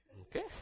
Okay